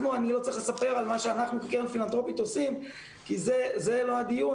אני לא צריך לספר על מה אנחנו כקרן פילנתרופית עושים כי זה לא הדיון,